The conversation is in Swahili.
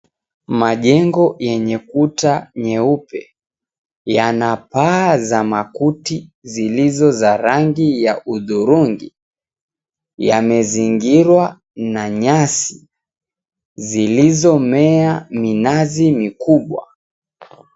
Majengo yenye kuta nyeupe yana paa za makuti zilizo na rangi ya hudhurungi, yamezingirwa na nyasi zilizomea minazi mikubwa.